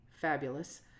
fabulous